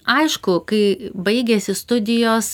aišku kai baigiasi studijos